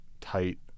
tight